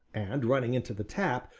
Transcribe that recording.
and running into the tap,